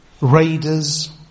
raiders